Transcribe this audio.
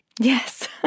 Yes